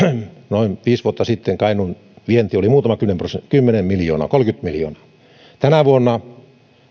noin viisi vuotta sitten kainuun vienti oli muutaman kymmenen miljoonaa kolmekymmentä miljoonaa tänä vuonna